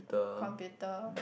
computer